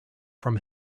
from